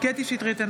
קטי קטרין שטרית,